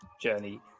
journey